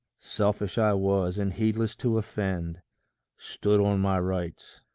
selfish i was, and heedless to offend stood on my rights.